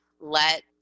let